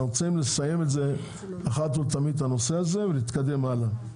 ואנחנו רוצים לסיים אחת ולתמיד את הנושא הזה ולהתקדם הלאה.